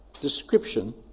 description